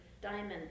diamond